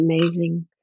amazing